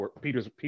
Peter's